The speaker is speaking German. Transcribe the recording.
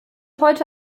heute